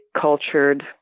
cultured